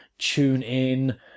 TuneIn